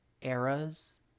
eras